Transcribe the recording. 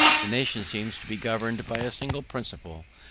the nation seems to be governed by a single principle,